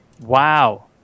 Wow